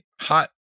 Hot